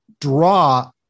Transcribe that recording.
draw